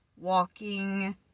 walking